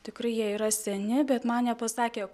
tikrai jie yra seni bet man nepasakė